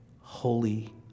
holy